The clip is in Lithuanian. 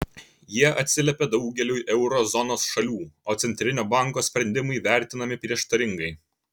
jie atsiliepia daugeliui euro zonos šalių o centrinio banko sprendimai vertinami prieštaringai